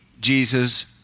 Jesus